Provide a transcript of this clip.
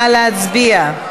נא להצביע.